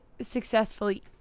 Successfully